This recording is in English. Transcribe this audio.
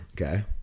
Okay